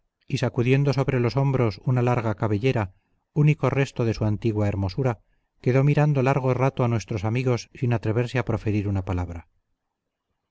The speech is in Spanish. y sacudiendo sobre los hombros una larga cabellera único resto de su antigua hermosura quedó mirando largo rato a nuestros amigos sin atreverse a proferir una palabra